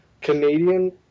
Canadian